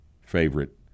favorite